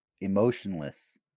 emotionless